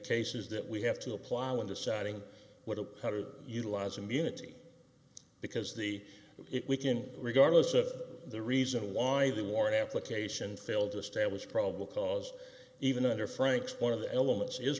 cases that we have to apply when deciding what how to utilize immunity because the if we can regardless of the reason why the warrant application failed to establish probable cause even under frank's one of the elements is